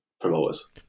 promoters